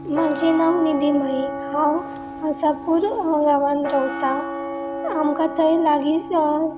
म्हाजें नांव निधी माईक हांव हासापूर गांवांत रावतां आमकां थंय लागींच